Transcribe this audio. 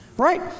right